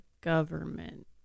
government